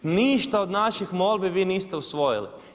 Ništa od naših molbi vi niste usvojili.